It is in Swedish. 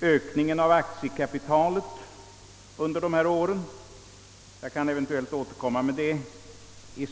på ökningen av aktiekapitalet under dessa år; SAAB:s aktiekapital har i det närmaste fördubblats.